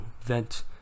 vent